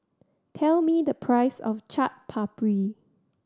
tell me the price of Chaat Papri